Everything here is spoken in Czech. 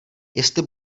jestli